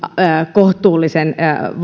kohtuullisen